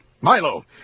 Milo